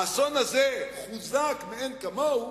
האסון הזה חוזק, מאין כמוהו,